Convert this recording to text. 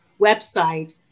website